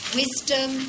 wisdom